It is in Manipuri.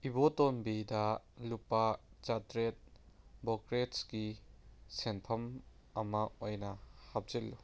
ꯏꯕꯣꯇꯣꯝꯕꯤꯗ ꯂꯨꯄꯥ ꯆꯥꯇ꯭ꯔꯦꯠ ꯕ꯭ꯔꯣꯀꯔꯦꯁꯀꯤ ꯁꯦꯟꯐꯝ ꯑꯃ ꯑꯣꯏꯅ ꯍꯥꯞꯆꯤꯜꯂꯨ